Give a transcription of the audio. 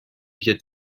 viêt